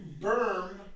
berm